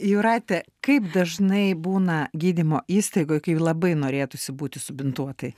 jūratė kaip dažnai būna gydymo įstaigoj kai labai norėtųsi būti subintuotai